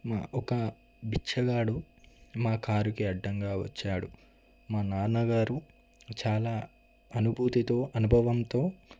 ఒక బిచ్చగాడు మా కార్కి అడ్డంగా వచ్చాడు మా నాన్నగారు చాలా అనుభూతితో అనుభవంతో